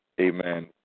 amen